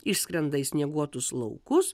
išskrenda į snieguotus laukus